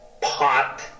pot